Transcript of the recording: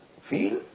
feel